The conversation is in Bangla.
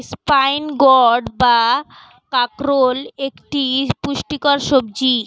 স্পাইন গোর্ড বা কাঁকরোল একটি পুষ্টিকর সবজি